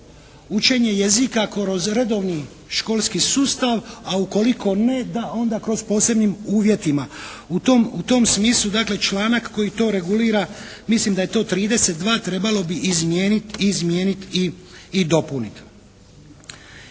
učenje jezika kroz redovni školski sustav, a ukoliko ne da onda kroz posebnim uvjetima. U tom smislu dakle članak koji to regulira, mislim da je to 32. trebalo bi izmijeniti i dopuniti.